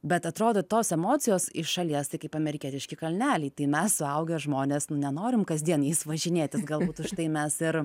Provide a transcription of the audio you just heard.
bet atrodo tos emocijos iš šalies tai kaip amerikietiški kalneliai tai mes suaugę žmonės nenorim kasdien jais važinėtis galbūt už tai mes ir